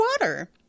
water